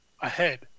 ahead